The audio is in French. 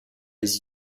les